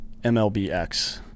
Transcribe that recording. MLBX